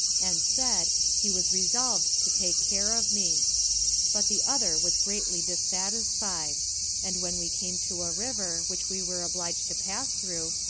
and said, he was resolved to take care of me but the other was greatly dissatisfied and when we came to a river, which we were obliged to pass through,